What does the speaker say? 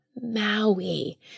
Maui